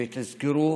ותזכרו